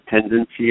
tendency